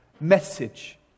message